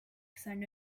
because